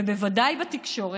ובוודאי בתקשורת,